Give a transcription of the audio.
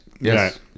Yes